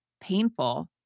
painful